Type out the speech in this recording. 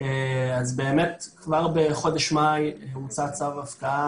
זאת אומרת, נעשתה פה חשיבה מאוד מפורטת,